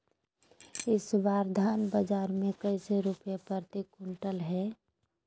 इस बार धान बाजार मे कैसे रुपए प्रति क्विंटल है?